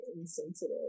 insensitive